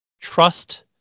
trust